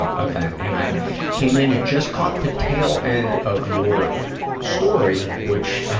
ah event. and i came in and just caught the tail end of your story, which, ah,